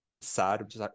sad